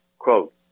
Quote